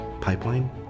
pipeline